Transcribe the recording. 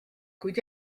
kuid